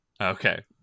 Okay